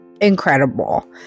incredible